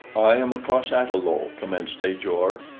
i am a cos-ata-lo, commenced ajor,